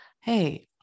Hey